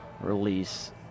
release